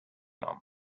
nom